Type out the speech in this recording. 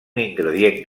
ingredient